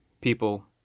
people